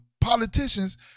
politicians